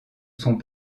sont